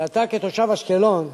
אתה, כתושב אשקלון,